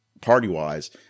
party-wise